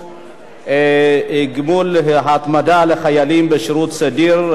גמול התמדה לחיילים בשירות סדיר ולמתנדבים